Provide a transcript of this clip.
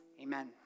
Amen